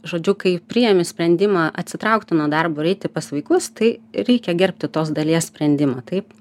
žodžiu kai priėmi sprendimą atsitraukti nuo darbo ir eiti pas vaikus tai reikia gerbti tos dalies sprendimą taip